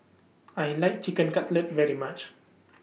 I like Chicken Cutlet very much